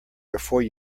before